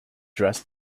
dress